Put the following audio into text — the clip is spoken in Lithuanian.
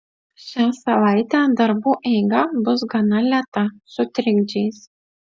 šią savaitę darbų eiga bus gana lėta su trikdžiais